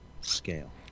scale